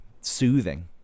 soothing